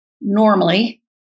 Normally